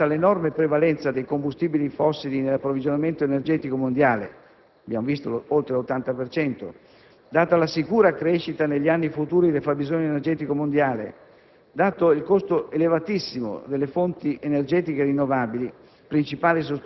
data la grande inerzia dei sistemi energetici, data l'enorme prevalenza di combustibili fossili nell'approvvigionamento energetico mondiale (come sappiamo oltre l'80 per cento), data la sicura crescita negli anni futuri del fabbisogno energetico mondiale,